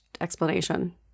explanation